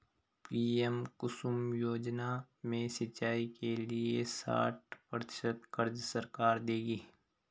PM Kusum योजना में सिंचाई के लिए साठ प्रतिशत क़र्ज़ सरकार देगी